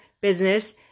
business